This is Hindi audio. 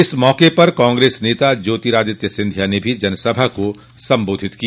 इस मौके पर कांग्रेस नेता ज्योतिरादित्य सिंधिया ने भी जनसभा को संबोधित किया